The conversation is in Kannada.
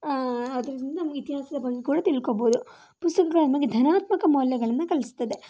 ಆದ್ದರಿಂದ ನಮ್ಮ ಇತಿಹಾಸದ ಬಾಳ್ಗಲ್ ತಿಳ್ಕೊಳ್ಳಬಹುದು ಪುಸ್ತಕಗಳು ಧನಾತ್ಮಕ ಮೌಲ್ಯಗಳನ್ನ ಕಲಿಸ್ತದೆ